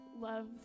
love